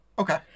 Okay